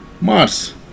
Mars